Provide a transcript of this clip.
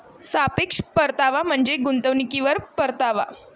सापेक्ष परतावा म्हणजे गुंतवणुकीवर परतावा